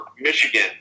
Michigan